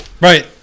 Right